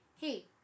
hey